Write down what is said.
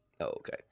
Okay